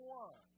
one